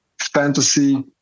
fantasy